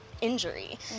injury